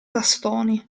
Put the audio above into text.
tastoni